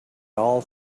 all